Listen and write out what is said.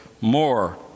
more